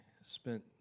spent